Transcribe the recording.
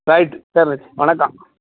right சரி அண்ணாச்சி வணக்கம்